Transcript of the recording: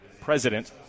President